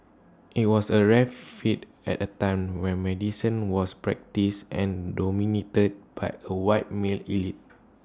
IT was A rare feat at A time when medicine was practised and dominated by A white male elite